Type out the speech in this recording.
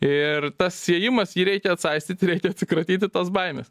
ir tas siejimas jį reikia atsaistyti reikia atsikratyti tos baimės